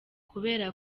kubera